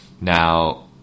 Now